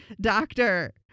doctor